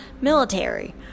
military